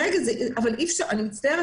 אני מצטערת,